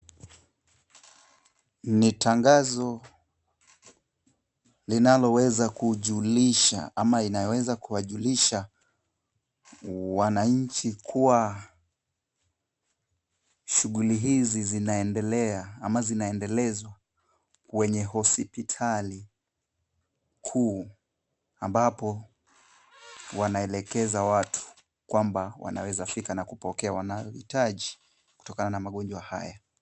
Ni tangazo linaloweza kujulisha ama inayoweza kuwajulisha wananchi kuwa shughuli hizi zinaendelea ama zinaendelezwa kwenye hospitali kuu ambapo wanaelekeza watu kwamba wanawezafika na kupokea wanayohitaji kutokana na magonjwa haya.